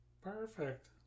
perfect